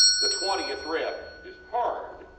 the twentieth rep is hard,